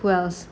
wells